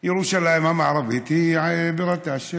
ירושלים המערבית היא בירתה של